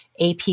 AP